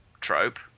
trope